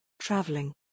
traveling